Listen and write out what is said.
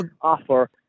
offer